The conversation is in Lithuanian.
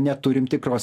neturim tikros